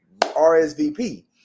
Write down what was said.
RSVP